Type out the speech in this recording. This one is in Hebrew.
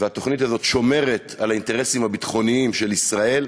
התוכנית הזאת שומרת על האינטרסים הביטחוניים של ישראל,